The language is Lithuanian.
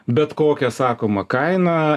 bet kokia sakoma kaina